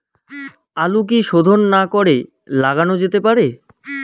আলু কি শোধন না করে লাগানো যেতে পারে?